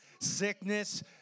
sickness